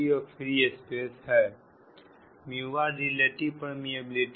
relative permeability